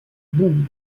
boom